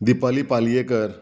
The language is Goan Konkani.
दिपाली पालयेकर